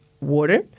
water